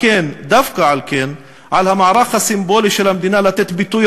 ודווקא לכן על המערך הסימבולי של המדינה לתת ביטוי